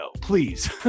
please